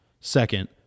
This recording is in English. second